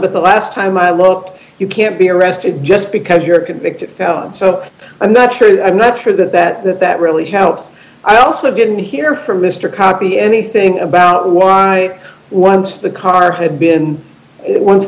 but the last time i look you can't be arrested just because you're a convicted felon so i'm not sure i'm not sure that that that that really helps i also didn't hear from mister copy anything about why once the car had been